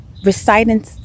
reciting